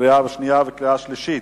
קריאה שנייה וקריאה שלישית.